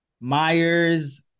Myers